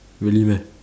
really meh